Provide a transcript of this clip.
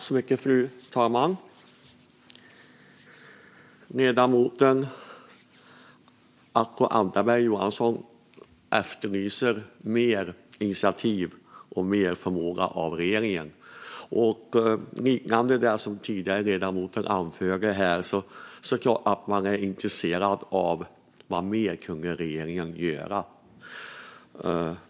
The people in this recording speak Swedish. Fru talman! Ledamoten Acko Ankarberg Johansson efterlyser mer initiativ och förmåga av regeringen. Liksom tidigare framförts här är man såklart intresserad av vad mer regeringen kunnat göra.